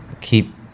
keep